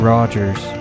Rogers